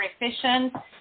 efficient